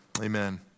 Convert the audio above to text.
amen